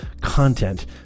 content